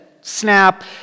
snap